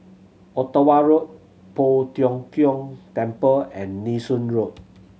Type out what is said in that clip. Ottawa Road Poh Tiong Kiong Temple and Nee Soon Road